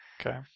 okay